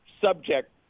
subject